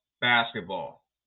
basketball